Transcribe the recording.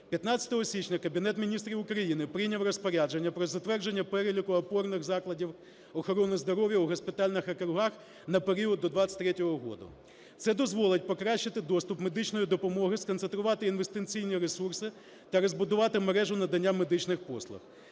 15 січня Кабінет Міністрів України прийняв Розпорядження про затвердження переліку опорних закладів охорони здоров'я у госпітальних округах на період до 23-го року. Це дозволить покращити доступ до медичної допомоги, сконцентрувати інвестиційні ресурси та розбудувати мережу надання медичних послуг.